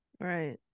Right